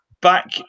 back